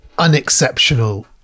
unexceptional